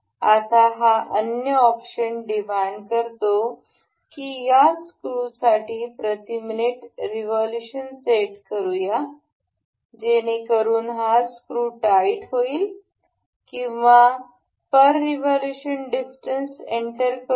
आता हा अन्य ऑप्शन डिमांड करतो की या स्क्रूसाठी प्रति मिनिट रिव्होल्यूशन सेट करूया जेणेकरून हा स्क्रू टाईट होईल किंवा पर रिव्होल्यूशन डिस्टन्स इंटर करूया